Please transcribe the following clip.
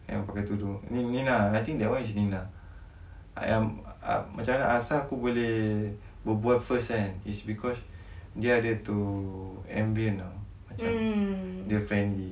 yang pakai tudung ni nina I think that [one] is nina macam mana asal aku boleh berbual first kan it's because dia ada tu ambience [tau] macam dia friendly pasal aku tak nak